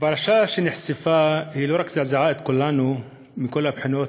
הפרשה שנחשפה לא רק זעזעה את כולנו מכל הבחינות,